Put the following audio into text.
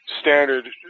standard